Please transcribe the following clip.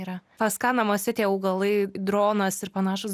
yra pas ką namuose tie augalai dronas ir panašūs